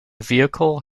vehicle